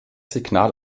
signal